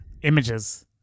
images